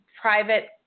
private